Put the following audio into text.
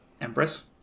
Empress